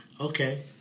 okay